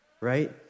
right